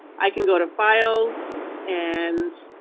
i can go to files and